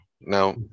Now